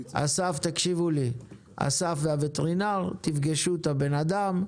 אסף והווטרינר, תפגשו את האדם,